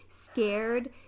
scared